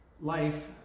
life